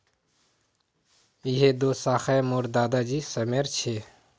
यह दो शाखए मोर दादा जी समयर छे